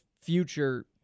future